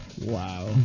Wow